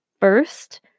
First